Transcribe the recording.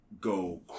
go